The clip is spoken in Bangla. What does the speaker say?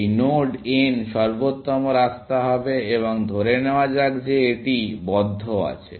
এই নোড n সর্বোত্তম রাস্তা হবে এবং ধরে নেওয়া যাক যে এটি বদ্ধ আছে